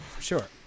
sure